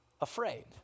afraid